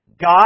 God